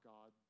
God